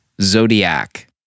Zodiac